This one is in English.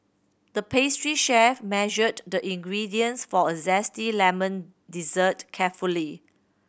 the pastry chef measured the ingredients for a zesty lemon dessert carefully